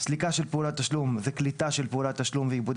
"סליקה של אמצעי תשלום" היא קליטה של פעולת תשלום ועיבודה,